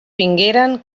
vingueren